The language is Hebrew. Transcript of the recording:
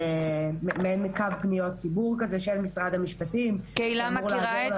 מעין קו פניות ציבור כזה של משרד המשפטים שאמור לעבוד.